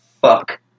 fuck